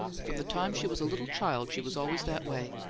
from the time she was a little child she was always that way.